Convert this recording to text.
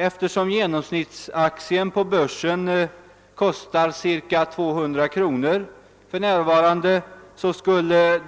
Eftersom genomsnittsaktien på börsen kostar ca 200 kronor för närvarande, skulle